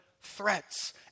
threats